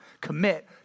Commit